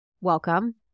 Welcome